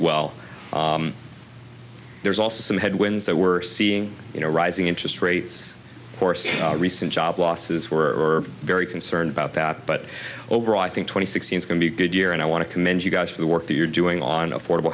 well there's also some headwinds that we're seeing you know rising interest rates or some recent job losses were very concerned about that but overall i think twenty six years can be a good year and i want to commend you guys for the work that you're doing on affordable